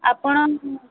ଆପଣ